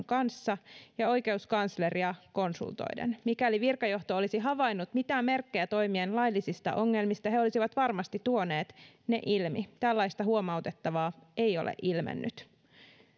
kanssa ja oikeuskansleria konsultoiden mikäli virkajohto olisi havainnut mitään merkkejä toimien laillisista ongelmista he olisivat varmasti tuoneet ne ilmi tällaista huomautettavaa ei ole ilmennyt